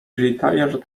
retired